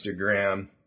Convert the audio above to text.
Instagram